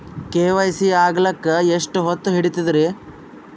KYC ಆಗಲಕ್ಕ ಎಷ್ಟ ಹೊತ್ತ ಹಿಡತದ್ರಿ?